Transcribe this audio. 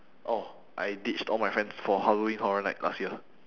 oh I ditched all my friends for halloween horror night last year